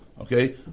Okay